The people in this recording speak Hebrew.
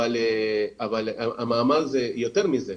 אבל המאמר הוא יותר מזה,